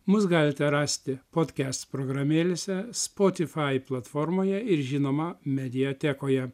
mus galite rasti podkest programėlėse spotifai platformoje ir žinoma mediatekoje